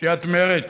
סיעת מרצ,